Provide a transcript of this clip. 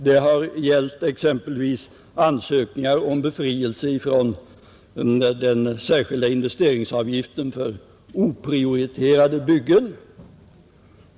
Det har gällt exempelvis ansökningar om befrielse från den särskilda investeringsavgiften för oprioriterade byggen.